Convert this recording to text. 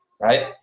right